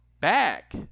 back